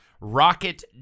Rocket